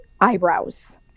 eyebrows